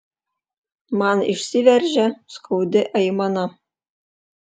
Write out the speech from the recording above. man išsiveržia skaudi aimana